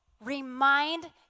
Remind